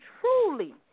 truly